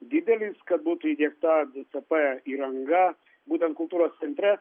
didelis kad būtų įdiegta d c p įranga būtent kultūros centre